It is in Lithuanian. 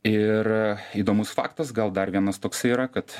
ir įdomus faktas gal dar vienas toksai yra kad